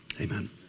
Amen